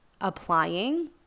applying